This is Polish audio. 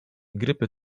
grypy